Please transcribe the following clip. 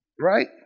right